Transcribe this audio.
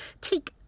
Take